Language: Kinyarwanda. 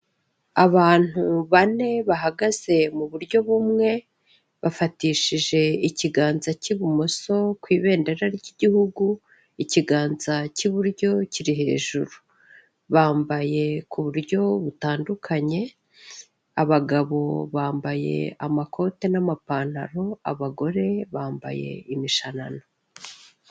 Abantu bane bahagaze mu buryo bumwe, bafatishije ikiganza cy'ibumoso ku ibendera ry'igihugu, ikiganza cy'iburyo kiri hejuru, bambaye ku buryo butandukanye, abagabo bambaye amakoti n'amapantaro, abagore bambaye imishanana.